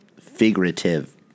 figurative